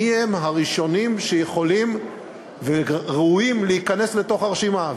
מי הם הראשונים שיכולים וראויים להיכנס לתוך הרשימה?